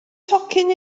tocyn